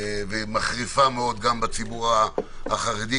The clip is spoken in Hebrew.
והיא מחריפה מאוד גם בציבור החרדי,